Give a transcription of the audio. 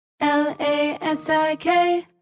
L-A-S-I-K